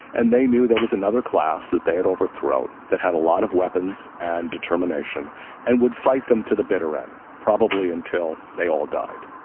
and they knew there was another class that they had overthrown that had a lot of weapons and determination and would fight them to the bitter end, probably until they all died.